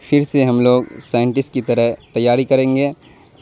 پھر سے ہم لوگ سائنٹسٹ کی طرح تیاری کریں گے